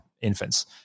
infants